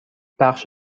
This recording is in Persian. بخش